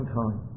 time